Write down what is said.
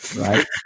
right